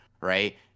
right